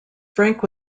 frank